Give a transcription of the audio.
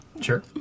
Sure